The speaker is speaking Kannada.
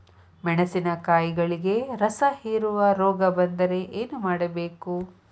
ಮೆಣಸಿನಕಾಯಿಗಳಿಗೆ ರಸಹೇರುವ ರೋಗ ಬಂದರೆ ಏನು ಮಾಡಬೇಕು?